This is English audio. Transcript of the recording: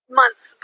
months